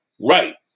Right